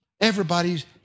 Everybody's